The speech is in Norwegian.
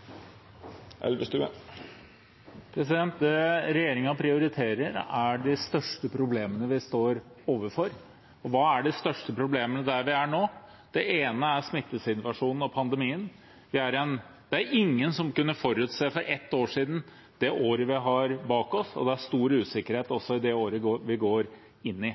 nå? Det ene er smittesituasjonen og pandemien. Det er ingen som for ett år siden kunne forutsett det året vi har bak oss, og det er stor usikkerhet også om det året vi går inn i.